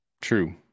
True